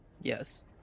Yes